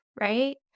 right